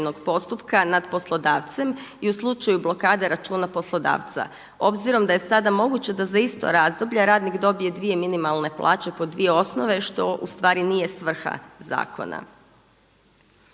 postupka nad poslodavcem i u slučaju blokade računa poslodavca. Obzirom da je sada moguće da za isto razdoblje ranik dobije dvije minimalne plaće po dvije osnove što ustvari nije svrha zakona.